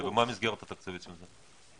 ומה המסגרת התקציבית של זה?